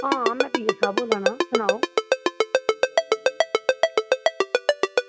आं में पीए साह्ब बोल्ला ना सनाओ